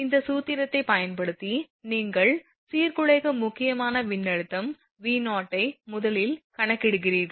இந்த சூத்திரத்தைப் பயன்படுத்தி சீர்குலைக்கும் முக்கியமான மின்னழுத்தம் V0 ஐ முதலில் கணக்கிடுகிறீர்கள்